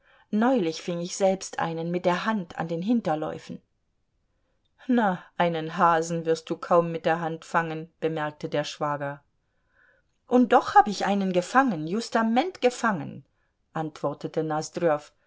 neulich fing ich selbst einen mit der hand an den hinterläufen na einen hasen wirst du kaum mit der hand fangen bemerkte der schwager und doch hab ich einen gefangen justament gefangen antwortete